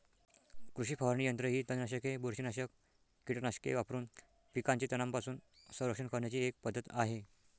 कृषी फवारणी यंत्र ही तणनाशके, बुरशीनाशक कीटकनाशके वापरून पिकांचे तणांपासून संरक्षण करण्याची एक पद्धत आहे